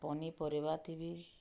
ପନିପରିବା ଥିବି